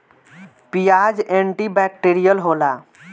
पियाज anti bacterial होला